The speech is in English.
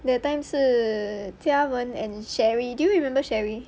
the time 是 jia wen and cherrie do you remember cherrie